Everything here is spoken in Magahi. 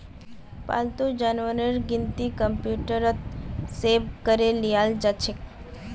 पालतू जानवरेर गिनती कंप्यूटरत सेभ करे लियाल जाछेक